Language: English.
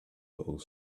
little